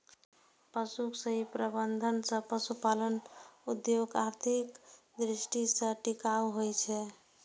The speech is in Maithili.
पशुक सही प्रबंधन सं पशुपालन उद्योग आर्थिक दृष्टि सं टिकाऊ होइ छै